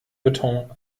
beton